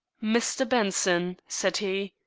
mr. benson, said he,